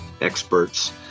experts